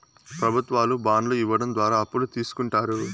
ప్రభుత్వాలు బాండ్లు ఇవ్వడం ద్వారా అప్పులు తీస్కుంటారు